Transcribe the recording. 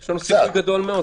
יש לנו סיכוי גדול מאוד.